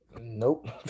Nope